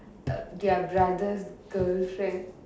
their brothers' girlfriend